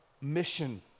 mission